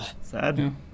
Sad